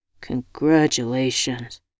Congratulations